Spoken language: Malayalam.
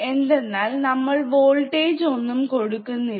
എന്തെന്നാൽ നമ്മൾ വോൾട്ടേജ് ഒന്നും കൊടുക്കുന്നില്ല